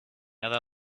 other